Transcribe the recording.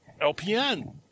LPN